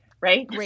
Right